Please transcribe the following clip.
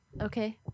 Okay